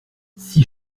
six